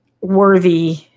worthy